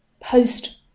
post